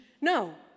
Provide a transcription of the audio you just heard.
no